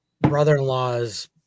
brother-in-law's